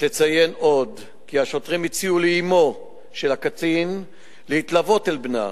יש לציין עוד כי השוטרים הציעו לאמו של הקטין להתלוות אל בנה,